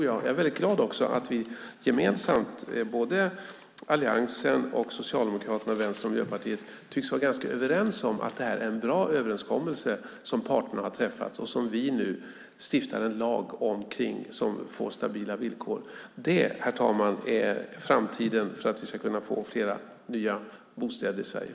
Jag är väldigt glad att vi gemensamt - både Alliansen och Socialdemokraterna, Vänstern och Miljöpartiet - tycks vara ganska överens om att det är en bra överenskommelse som parterna har träffat och som vi nu stiftar en lag kring som får stabila villkor. Herr talman! Det är framtiden för att vi ska kunna få flera nya bostäder i Sverige.